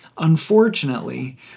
Unfortunately